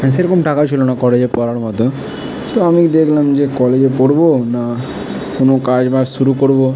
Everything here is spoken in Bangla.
সেরকম টাকাও ছিলো না কলেজে পড়ার মতো তো আমি দেখলাম যে কলেজে পড়বো না কোনো কাজ বাজ শুরু করবো